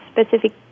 specific